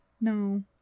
No